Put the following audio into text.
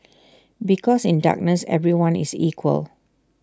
because in darkness everyone is equal